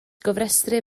gofrestru